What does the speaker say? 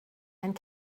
and